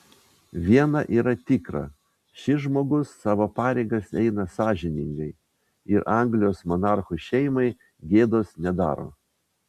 viena yra tikra šis žmogus savo pareigas eina sąžiningai ir anglijos monarchų šeimai gėdos nedaro